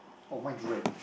oh mine is red